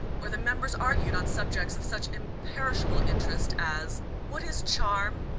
or the members argued on subjects of such imperishable interest as what is charm?